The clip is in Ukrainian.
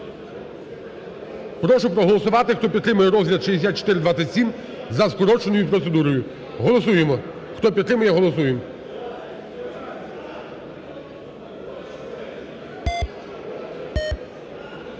Прошу проголосувати, хто підтримує розгляд 6427 за скороченою процедурою. Голосуємо, хто підтримує, голосуємо.